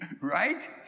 Right